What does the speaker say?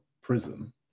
prison